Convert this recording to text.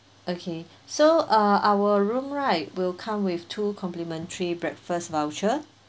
okay so uh our room right will come with two complimentary breakfast voucher